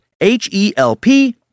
H-E-L-P